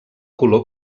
color